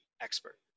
expert